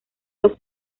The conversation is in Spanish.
los